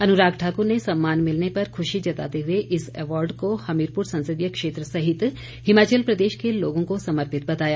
अनुराग ठाकुर ने सम्मान मिलने पर खुशी जताते हुए इस अवार्ड को हमीरपुर संसदीय क्षेत्र सहित हिमाचल प्रदेश के लोगों को समर्पित बताया